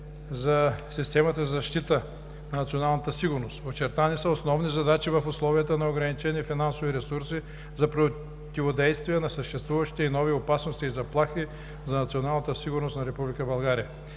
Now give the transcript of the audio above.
за системата за защита на националната сигурност. Очертани са основни задачи в условията на ограничени финансови ресурси за противодействие на съществуващите и нови опасности и заплахи за националната сигурност на